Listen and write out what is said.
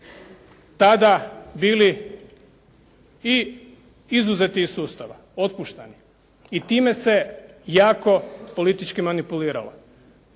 tada bili i izuzeti iz sustava, otpuštani i time se jako politički manipuliralo.